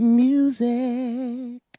music